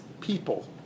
people